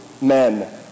men